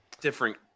different